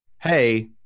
Hey